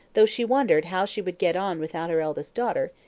though she wondered how she would get on without her eldest daughter,